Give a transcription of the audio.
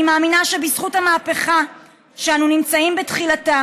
אני מאמינה שבזכות המהפכה שאנו נמצאים בתחילתה